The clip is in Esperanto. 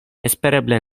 espereble